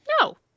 no